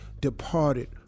departed